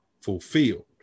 fulfilled